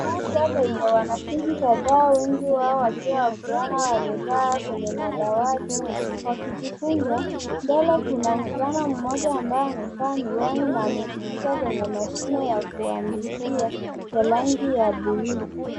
Darasa lenye wanafunzi kadhaa wengi wao wakiwa wavulana wamekaa kwenye madawati wakijifunza . Mbele kuna mvulana mmoja ambaye amevaa miwani na amejikita kwenye mashine ya kuandikia ya rangi ya buluu.